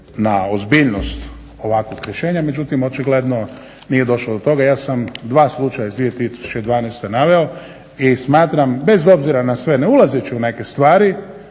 na ozbiljnost ovakvog rješenje. Međutim, očigledno nije došlo do toga. Ja sam dva slučaja iz 2012. naveo i smatram bez obzira na sve ne ulazeći u neke stvari,